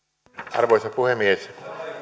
arvoisa puhemies